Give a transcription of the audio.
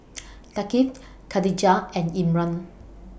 Thaqif Katijah and Imran